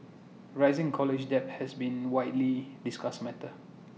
rising college debt has been widely discussed matter